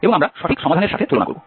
এবং আমরা সঠিক সমাধানের সাথে তুলনা করব